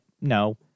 No